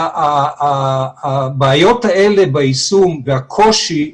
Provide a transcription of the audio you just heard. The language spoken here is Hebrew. הבעיות האלה ביישום והקושי,